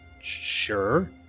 sure